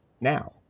now